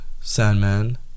Sandman